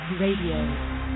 Radio